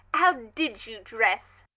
how did you dress?